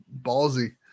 ballsy